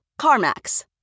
CarMax